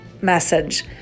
message